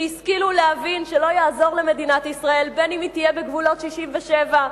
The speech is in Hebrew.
שהשכילו להבין שלא יעזור למדינת ישראל בין שהיא תהיה בגבולות 67',